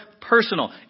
personal